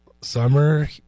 summer